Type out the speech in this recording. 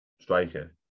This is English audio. striker